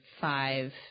five